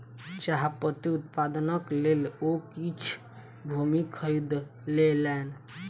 चाह पत्ती उत्पादनक लेल ओ किछ भूमि खरीद लेलैन